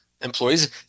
employees